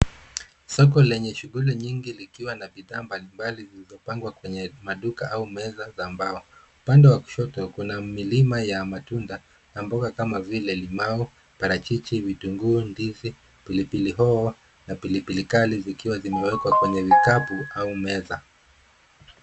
Soko lenye shughuli nyingi likiwa na bidhaa mbalimbali zilizopangwa kwenye maduka au meza za mbao. Upande wa kushoto kuna milima ya matunda, na mboga kama vile: limau, parachichi, vitunguu, ndizi, pilipili hoho, na pilipili kali, zikiwa zimewekwa kwenye vikapu, au meza.